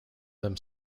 them